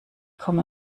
komme